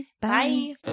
Bye